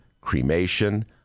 Cremation